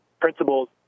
principles